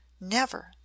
Never